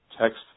text